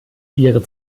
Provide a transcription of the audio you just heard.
ihre